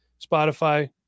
Spotify